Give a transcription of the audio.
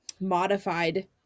modified